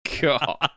God